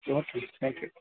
okay madam thank you